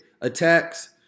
attacks